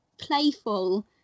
playful